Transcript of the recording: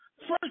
First